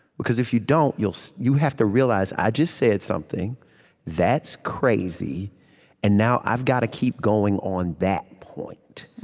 because if you don't so you have to realize, i just said something that's crazy and now i've got to keep going on that point.